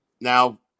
Now